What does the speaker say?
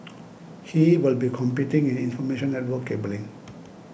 he will be competing in information network cabling